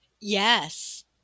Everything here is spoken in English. Yes